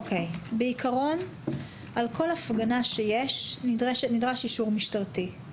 בעיקרון, על כל הפגנה שיש נדרש אישור משטרתי.